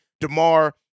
Demar